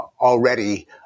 already